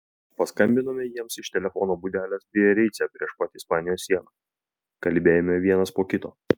paskambinome jiems iš telefono būdelės biarice prieš pat ispanijos sieną kalbėjome vienas po kito